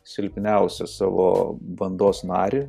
silpniausią savo bandos narį